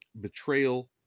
betrayal